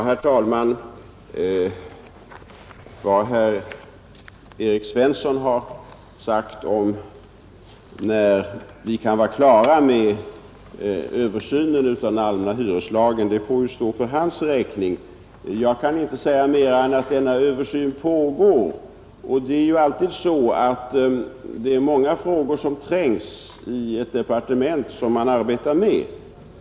Herr talman! Vad herr Erik Svensson har sagt om när vi kan vara klara med översynen av den allmänna hyreslagen får stå för hans räkning; jag kan inte säga mer än att denna översyn pågår. Det är alltid många frågor som trängs i ett departement och som man arbetar med.